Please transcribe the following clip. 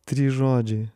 trys žodžiai